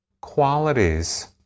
qualities